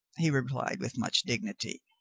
he replied with much dignity,